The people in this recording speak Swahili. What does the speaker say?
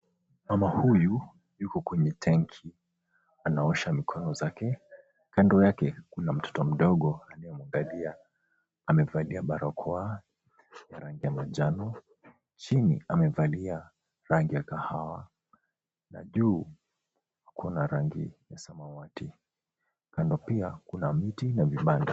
Mama huyu yuko kwenye tenki anaosha mikono zake. Kando yake kuna mtoto mdogo anayemwangalia. Amevalia barakoa ya rangi ya manjano. Chini amevalia rangi ya kahawa na juu kuna rangi ya samawati na kando pia kuna miti na vibanda.